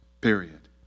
Period